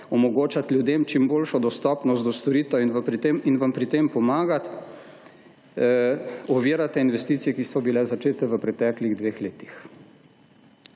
omogočati ljudem čim boljšo dostopnost do storitev in vam pri tem pomagati, ovirate investicije, ki so bile začete v preteklih dveh letih.